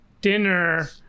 dinner